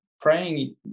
praying